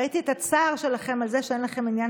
ראיתי את הצער שלכם על זה שאין לכם מניין